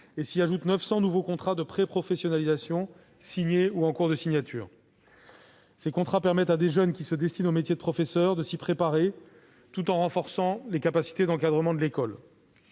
S'y ajoutent 900 nouveaux contrats de préprofessionnalisation signés ou en cours de signature. Ces contrats permettent à des jeunes qui se destinent au métier de professeur de s'y préparer, tout en renforçant les capacités d'encadrement de l'école.